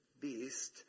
beast